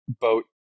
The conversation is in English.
boat